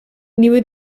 nieuwe